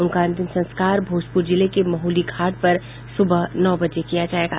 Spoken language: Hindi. उनका अंतिम संस्कार भोजपुर जिले के महुली घाट पर सुबह नौ बजे किया जायेगा